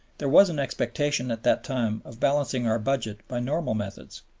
there was an expectation at that time of balancing our budget by normal methods.